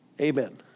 Amen